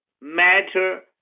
matter